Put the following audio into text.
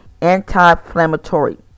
anti-inflammatory